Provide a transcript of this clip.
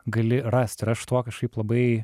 gali rast ir aš tuo kažkaip labai